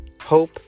hope